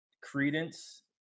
credence